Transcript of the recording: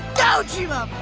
dojima!